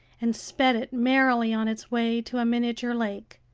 and sped it merrily on its way to a miniature lake,